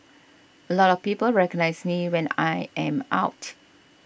a lot of people recognise me when I am out